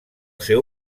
seu